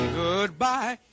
goodbye